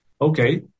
Okay